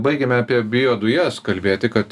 baigėme apie biodujas kalbėti kad